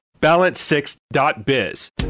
Balance6.biz